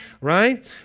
right